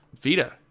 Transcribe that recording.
Vita